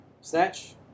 snatch